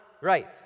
right